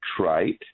trite